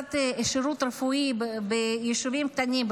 ושהנגשת שירות רפואי ביישובים קטנים,